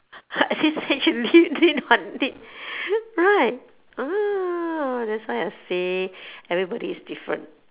did what did right ah that's why I say everybody is different